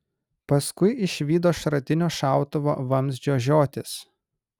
paskui išvydo šratinio šautuvo vamzdžio žiotis